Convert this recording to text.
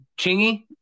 Chingy